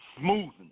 smoothness